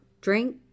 drink